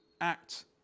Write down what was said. act